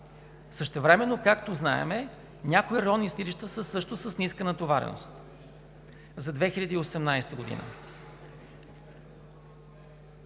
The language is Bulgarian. Същевременно, както знаем, някои районни съдилища са също с ниска натовареност за 2018 г.